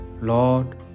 Lord